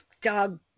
dog